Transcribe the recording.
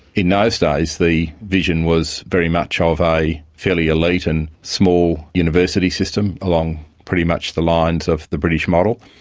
in those days the vision was very much of a fairly elite and small university system along pretty much the lines of the british model,